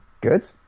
good